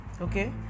Okay